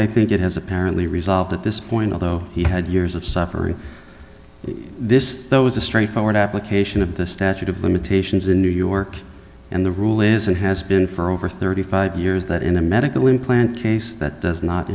i think it has apparently resolved at this point although he had years of suffering this though is a straightforward application of the statute of limitations in new york and the rule is and has been for over thirty five years that in a medical implant case that does not